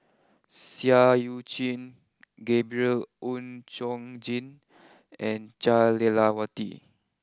Seah Eu Chin Gabriel Oon Chong Jin and Jah Lelawati